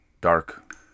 Dark